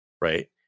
right